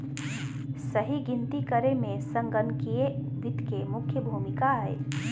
सही गिनती करे मे संगणकीय वित्त के मुख्य भूमिका हय